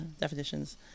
definitions